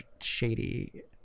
shady